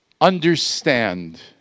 understand